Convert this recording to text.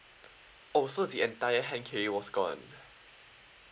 oh so the entire hand carry was gone